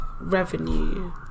revenue